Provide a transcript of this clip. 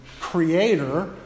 creator